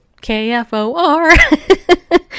K-F-O-R